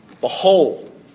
Behold